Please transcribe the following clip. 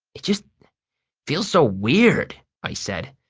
it just feels so weird, i said,